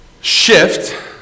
shift